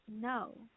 No